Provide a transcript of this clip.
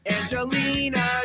Angelina